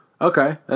Okay